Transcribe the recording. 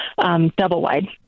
double-wide